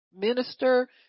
minister